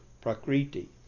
prakriti